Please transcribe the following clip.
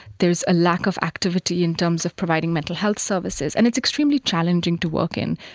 there is a lack of activity in terms of providing mental health services, and it's extremely challenging to work in.